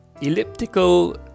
elliptical